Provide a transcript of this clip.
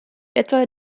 etwa